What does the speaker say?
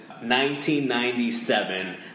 1997